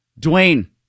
Dwayne